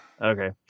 Okay